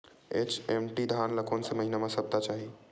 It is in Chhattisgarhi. एच.एम.टी धान ल कोन से महिना म सप्ता चाही?